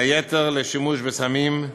בין היתר, לשימוש בסמים,